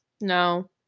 No